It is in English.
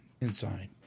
inside